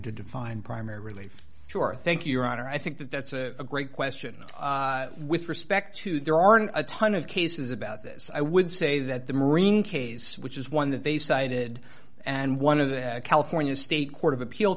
to define primary really sure thank you your honor i think that that's a great question with respect to there aren't a ton of cases about this i would say that the marine case which is one that they cited and one of the california state court of appeal